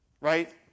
right